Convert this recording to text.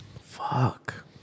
Fuck